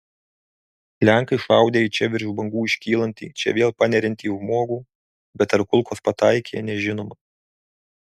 lenkai šaudę į čia virš bangų iškylantį čia vėl paneriantį žmogų bet ar kulkos pataikė nežinoma